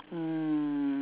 mm